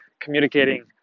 communicating